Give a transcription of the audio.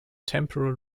temporal